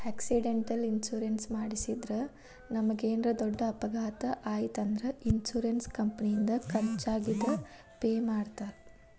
accidental insurance ಮಾಡಿಸಿದ್ರ ನಮಗೇನರ ದೊಡ್ಡ ಅಪಘಾತ ಆಯ್ತ್ ಅಂದ್ರ ಇನ್ಶೂರೆನ್ಸ್ ಕಂಪನಿಯಿಂದ ಖರ್ಚಾಗಿದ್ ಪೆ ಮಾಡ್ತಾರಾ